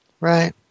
Right